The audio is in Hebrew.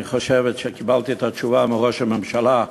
אני חושב שקיבלתי את התשובה מראש הממשלה.